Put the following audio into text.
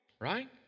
Right